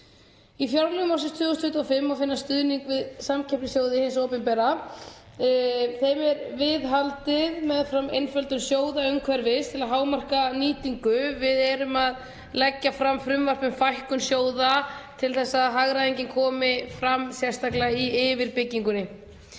Í fjárlögum ársins 2025 má finna stuðning við samkeppnissjóði hins opinbera. Þeim er viðhaldið meðfram einföldun sjóðaumhverfisins til að hámarka nýtingu. Við erum að leggja fram frumvarp um fækkun sjóða til þess að hagræðingin komi fram sérstaklega í yfirbyggingunni.